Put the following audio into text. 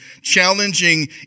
challenging